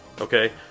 okay